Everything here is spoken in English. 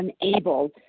unable